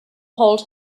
hold